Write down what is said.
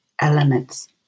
elements